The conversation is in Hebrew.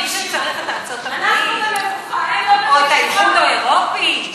מישהו צריך את ארצות-הברית או את האיחוד האירופי?